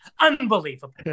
Unbelievable